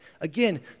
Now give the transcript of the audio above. Again